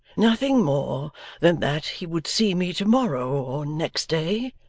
nothing more than that he would see me to-morrow or next day?